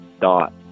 dot